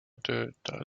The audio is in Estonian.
töötaja